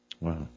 Wow